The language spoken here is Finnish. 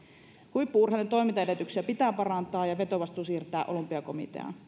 huippu urheilun toimintaedellytyksiä pitää parantaa ja vetovastuu siirtää olympiakomiteaan